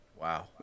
Wow